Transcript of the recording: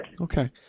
Okay